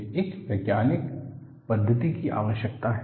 मुझे एक वैज्ञानिक पद्धति की आवश्यकता है